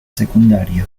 secundaria